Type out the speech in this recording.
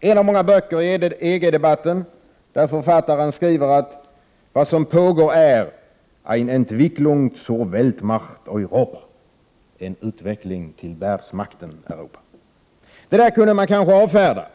en av många böcker i EG-debatten, där författaren skriver att vad som pågår är ”eine Entwicklung zur Weltmacht Europa” — en utveckling till världsmakten Europa. Det där kunde man kanske avfärda.